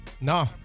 No